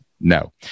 no